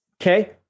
Okay